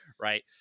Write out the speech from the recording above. right